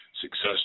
success